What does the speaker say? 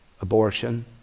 abortion